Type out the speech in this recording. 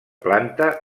planta